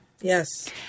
Yes